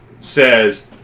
says